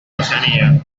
oceanía